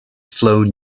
flown